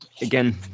again